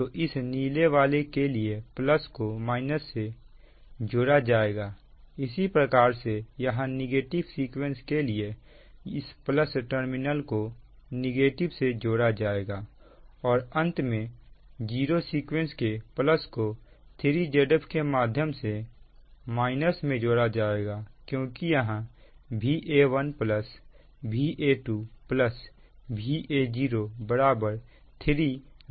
तो इस नीले वाले के लिए प्लस को माइनस से जोड़ा जाएगा इसी प्रकार से यहां नेगेटिव सीक्वेंस के लिए इस प्लस टर्मिनल को नेगेटिव से जोड़ा जाएगा और अंत में जीरो सीक्वेंस के प्लस को 3 Zf के माध्यम से माइनस में जोड़ा जाएगा क्योंकि यहां Va1 Va2 Va0